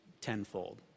tenfold